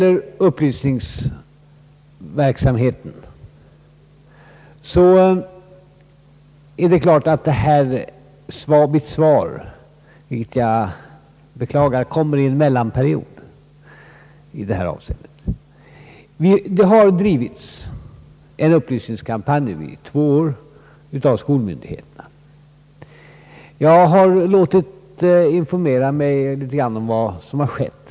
Vad upplysningsverksamheten beträffar kommer mitt svar i en mellanperiod, vilket jag beklagar. Skolmyndigheterna har bedrivit en upplysningskampanj i två år, och jag har låtit informera mig litet grand om vad som skett.